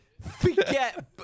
Forget